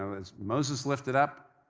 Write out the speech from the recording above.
so as moses lifted up